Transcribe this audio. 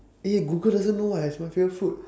eh google doesn't know what is my favorite food